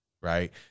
right